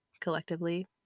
collectively